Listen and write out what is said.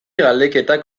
galdeketak